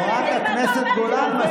חברת הכנסת גולן.